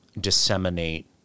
disseminate